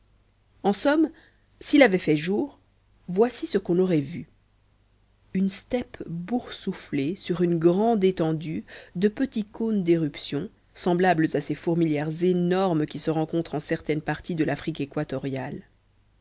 en somme s'il avait fait jour voici ce qu'on aurait vu une steppe boursouflée sur une grande étendue de petits cônes d'éruption semblables à ces fourmilières énormes qui se rencontrent en certaines parties de l'afrique équatoriale